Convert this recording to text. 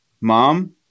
mom